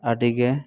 ᱟᱹᱰᱤᱜᱮ